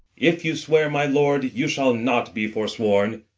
if you swear, my lord, you shall not be forsworn.